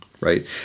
right